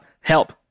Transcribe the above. help